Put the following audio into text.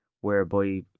whereby